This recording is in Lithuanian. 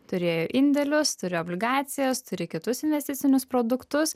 turi indėlius turi obligacijas turi kitus investicinius produktus